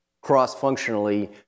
cross-functionally